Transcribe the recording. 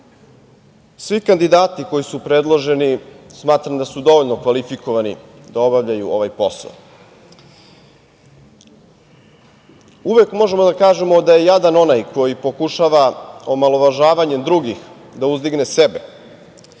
Svi kandidati koji su predloženi smatram da su dovoljno kvalifikovani da obavljaju ovaj posao. Uvek možemo da kažemo da je jadan onaj koji pokušava omalovažavanjem drugih da uzdigne sebe.